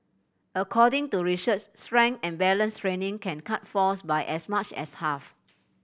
according to research strength and balance training can cut falls by as much as half